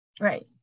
Right